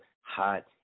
hot